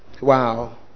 wow